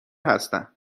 هستم